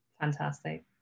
Fantastic